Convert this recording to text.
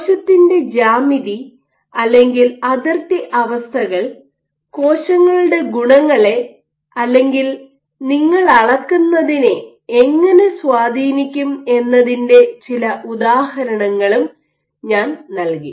കോശത്തിന്റെ ജ്യാമിതി അല്ലെങ്കിൽ അതിർത്തി അവസ്ഥകൾ കോശങ്ങളുടെ ഗുണങ്ങളെ അല്ലെങ്കിൽ നിങ്ങൾ അളക്കുന്നതിനെ എങ്ങനെ സ്വാധീനിക്കും എന്നതിന്റെ ചില ഉദാഹരണങ്ങളും ഞാൻ നൽകി